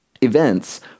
events